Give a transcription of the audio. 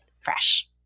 fresh